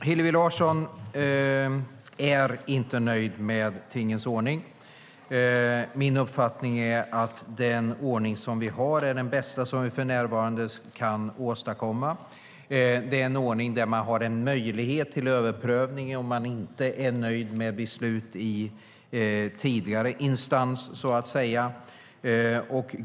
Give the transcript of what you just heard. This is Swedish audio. Herr talman! Hillevi Larsson är inte nöjd med tingens ordning. Min uppfattning är att den ordning som vi har är den bästa som vi för närvarande kan åstadkomma. Det är en ordning där man har en möjlighet till överprövning om man inte är nöjd med beslut i tidigare instans.